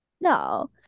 no